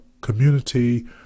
community